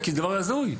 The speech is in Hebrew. זה דבר הזוי.